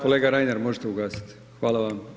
Kolega Reiner možete ugasit, hvala vam.